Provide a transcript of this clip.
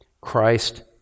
Christ